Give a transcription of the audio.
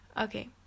okay